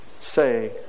say